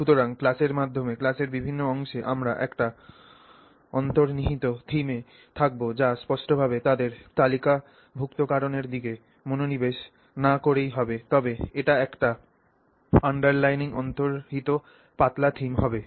সুতরাং ক্লাসের মাধ্যমে ক্লাসের বিভিন্ন অংশে আমরা একটি অন্তর্নিহিত থিম এ থাকব যা স্পষ্টভাবে তাদের তালিকাভুক্তকরণের দিকে মনোনিবেশ না করেই হবে তবে এটি একটি আন্ডারলাইনিং অন্তর্নিহিত পাতলা থিম হবে